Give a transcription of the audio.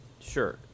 Sure